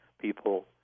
people